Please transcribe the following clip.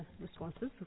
responses